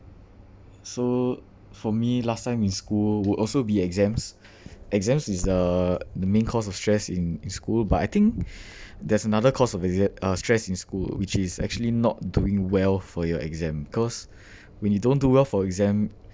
so for me last time in school would also be exams exams is the the main cause of stress in in school but I think there's another cause of exa~ uh stress in school which is actually not doing well for your exam because when you don't do well for exam